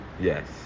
Yes